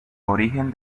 origen